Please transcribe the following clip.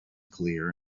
clear